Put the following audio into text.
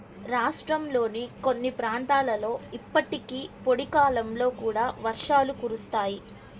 రాష్ట్రంలోని కొన్ని ప్రాంతాలలో ఇప్పటికీ పొడి కాలంలో కూడా వర్షాలు కురుస్తాయి